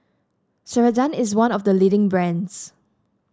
ceradan is one of the leading brands